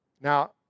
Now